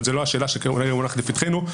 אבל זו לא השאלה שמונחת לפתחנו.